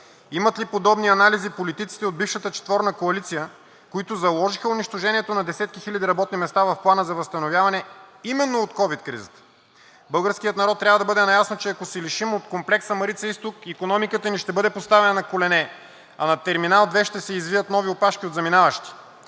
Имат ли подобни анализи политиците от бившата четворна коалиция, които заложиха унищожението на десетки хиляди работни места в Плана за възстановяване именно от ковид кризата? Българският народ трябва да бъде наясно, че ако се лишим от комплекса „Марица изток“, икономиката ни ще бъде поставена на колене, а на Терминал 2 ще се извият нови опашки от заминаващи,